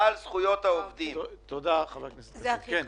זה הכי חשוב.